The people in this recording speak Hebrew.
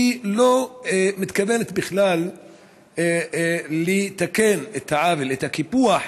והיא לא מתכוונת בכלל לתקן את העוול, את הקיפוח,